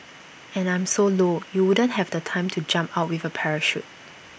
and I'm so low you wouldn't have the time to jump out with A parachute